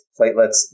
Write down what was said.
platelets